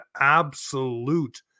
absolute